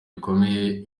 bikomeye